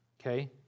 okay